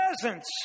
presence